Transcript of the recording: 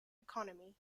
economy